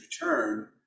return